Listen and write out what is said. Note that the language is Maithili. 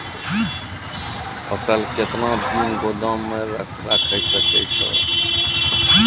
फसल केतना दिन गोदाम मे राखै सकै छौ?